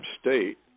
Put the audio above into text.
state